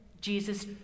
Jesus